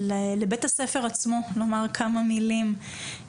לבית הספר עצמו לומר כמה מילים.